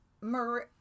Marie